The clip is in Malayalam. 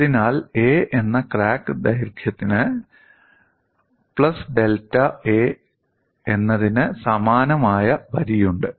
അതിനാൽ 'a' എന്ന ക്രാക്ക് ദൈർഘ്യത്തിന് 'പ്ലസ് ഡെൽറ്റ a' എന്നതിന് സമാനമായ വരിയുണ്ട്